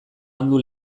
andu